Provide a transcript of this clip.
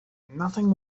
nothing